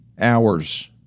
hours